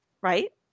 right